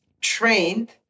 trained